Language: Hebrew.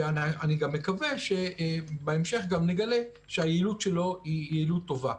אני גם מקווה שבהמשך נגלה שהיעילות שלו היא יעילות טובה.